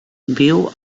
viu